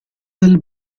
del